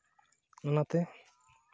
ᱚᱱᱟᱛᱮ